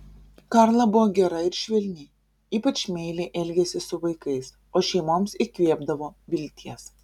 karla buvo gera ir švelni ypač meiliai elgėsi su vaikais o šeimoms įkvėpdavo vilties